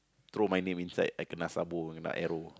throw my name inside I kena sabo I kena arrow